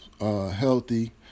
healthy